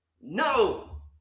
no